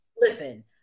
Listen